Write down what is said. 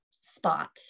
spot